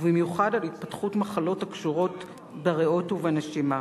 ובמיוחד על התפתחות מחלות הקשורות בריאות ובנשימה.